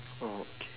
okay